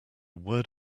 word